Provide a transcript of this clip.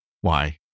Why